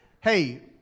Hey